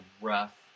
rough